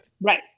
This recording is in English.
Right